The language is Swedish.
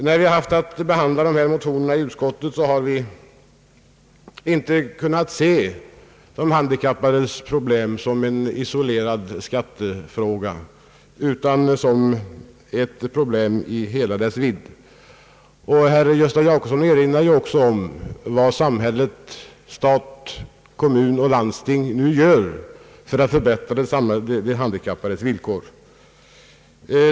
När vi haft att behandla dessa motioner i utskottet har majoriteten inte kunnat se de handikappades skatteförhållanden som ett isolerat problem utan som en del av de handikappades situation i stort. Herr Gösta Jacobsson erinrade också om vad samhället — stat, kommun och landsting — nu gör för att förbättra de handikappades villkor.